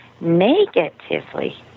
negatively